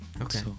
okay